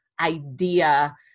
idea